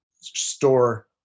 store